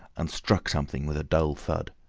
and struck something with a dull thud.